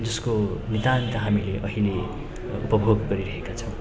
जसको नितान्त हामीले अहिले उपभोग गरिरहेका छौँ